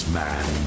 man